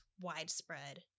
widespread